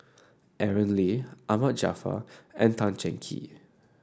Aaron Lee Ahmad Jaafar and Tan Cheng Kee